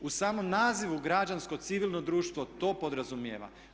U samom nazivu građansko civilno društvo to podrazumijeva.